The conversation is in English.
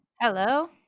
Hello